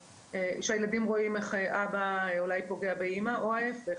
הילדים רואים איך אבא אולי פוגע באמא או להפך,